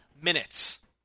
minutes